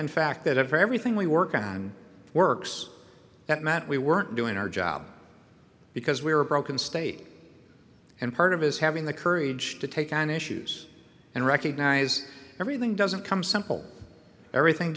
in fact that if everything we work on and works that meant we weren't doing our job because we were broken state and part of is having the courage to take on issues and recognize everything doesn't come simple everything